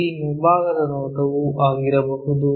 P ಮುಂಭಾಗದ ನೋಟವೂ ಆಗಿರಬಹುದು